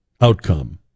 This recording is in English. outcome